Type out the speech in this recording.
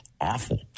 awful